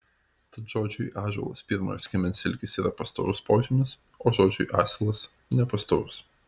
tad žodžiui ąžuolas pirmojo skiemens ilgis yra pastovus požymis o žodžiui asilas nepastovus